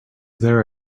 there